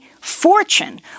fortune